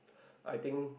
I think